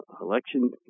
election